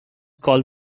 called